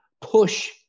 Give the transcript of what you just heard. push